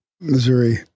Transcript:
Missouri